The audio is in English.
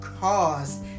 cause